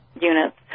units